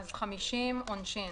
עונשין50.